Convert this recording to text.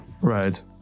Right